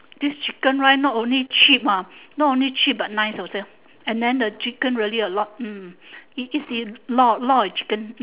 this chicken rice not only cheap ah not only cheap but nice also and then the chicken really a lot hmm is a is a lot of lot of chicken